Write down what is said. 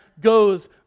goes